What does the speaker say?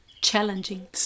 challenging